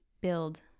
build